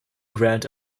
grant